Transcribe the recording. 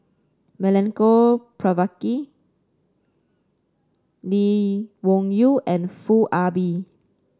Milenko Prvacki Lee Wung Yew and Foo Ah Bee